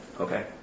Okay